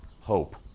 hope